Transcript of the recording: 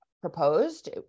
proposed